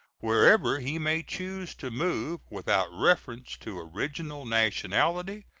wherever he may choose to move, without reference to original nationality,